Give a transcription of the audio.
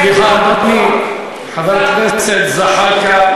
סליחה, אדוני, חבר הכנסת זחאלקה.